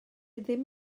ddim